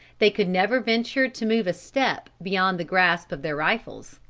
they could never venture to move a step beyond the grasp of their rifles.